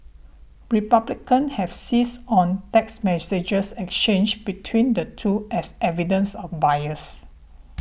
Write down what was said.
republicans have seized on text messages exchanged between the two as evidence of bias